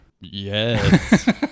Yes